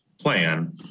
plan